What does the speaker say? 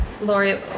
Lori